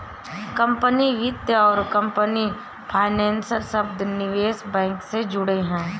company वित्त और company financier शब्द निवेश बैंक से जुड़े हैं